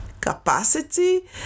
capacity